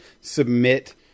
submit